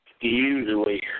usually